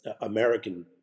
American